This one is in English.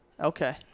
Okay